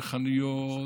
חנויות,